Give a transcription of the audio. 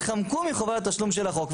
ויתחמקו מחובת התשלום של החוק.